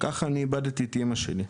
כך אני איבדתי את אמא שלי.